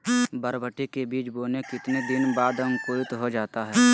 बरबटी के बीज बोने के कितने दिन बाद अंकुरित हो जाता है?